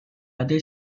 other